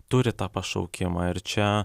turi tą pašaukimą ir čia